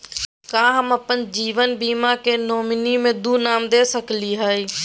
का हम अप्पन जीवन बीमा के नॉमिनी में दो नाम दे सकली हई?